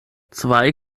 zwei